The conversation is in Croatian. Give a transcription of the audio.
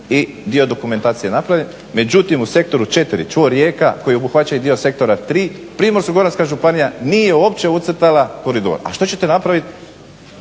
i dio dokumentacije je napravljen. Međutim u Sektoru 4 – čvor Rijeka koji obuhvaća i dio Sektora 3 Primorsko-goranska županija nije uopće ucrtala koridor. A što ćete napraviti,